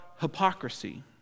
hypocrisy